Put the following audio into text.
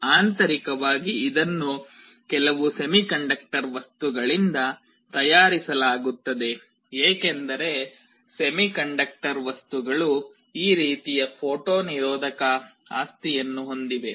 ಆಂತರಿಕವಾಗಿ ಇದನ್ನು ಕೆಲವು ಸೆಮಿಕಂಡಕ್ಟರ್ ವಸ್ತುಗಳಿಂದ ತಯಾರಿಸಲಾಗುತ್ತದೆ ಏಕೆಂದರೆ ಸೆಮಿಕಂಡಕ್ಟರ್ ವಸ್ತುಗಳು ಈ ರೀತಿಯ ಫೋಟೋ ನಿರೋಧಕ ಆಸ್ತಿಯನ್ನು ಹೊಂದಿವೆ